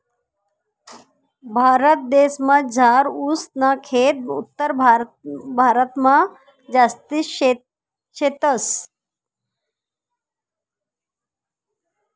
भारतदेसमझार ऊस ना खेत उत्तरभारतमा जास्ती शेतस